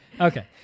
okay